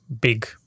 big